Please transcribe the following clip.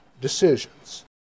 decisions